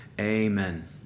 Amen